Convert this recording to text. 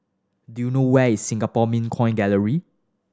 do you know where is Singapore Mint Coin Gallery